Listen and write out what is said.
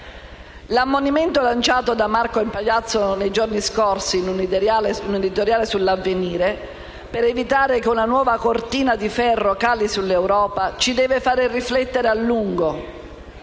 L'ammonimento lanciato da Marco Impagliazzo nei giorni scorsi in un editoriale su «Avvenire» la settimana scorsa, per evitare che una nuova cortina di ferro cali sull'Europa, ci deve far riflettere a lungo